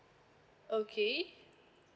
okay